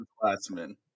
classmen